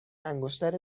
انگشتر